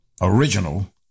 Original